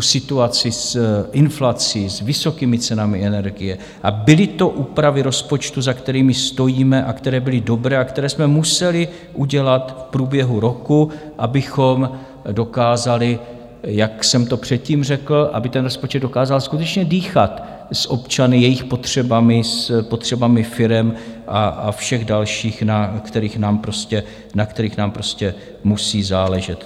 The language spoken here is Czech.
situaci s inflací, s vysokými cenami energie, a byly to úpravy rozpočtu, za kterými stojíme, které byly dobré a které jsme museli udělat v průběhu roku, abychom dokázali, jak jsem to předtím řekl, aby ten rozpočet dokázal skutečně dýchat s občany, s jejich potřebami, s potřebami firem a všech dalších, na kterých nám prostě musí záležet.